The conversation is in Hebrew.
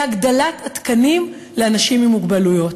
הגדלת מספר התקנים לאנשים עם מוגבלויות,